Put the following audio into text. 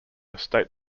state